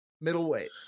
Middleweight